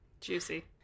Juicy